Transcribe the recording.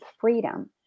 freedom